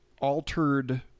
altered